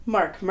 Mark